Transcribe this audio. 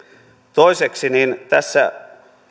toiseksi tässä